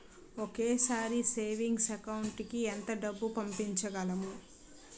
ఒకేసారి savings account కి ఎంత డబ్బు పంపించగలము?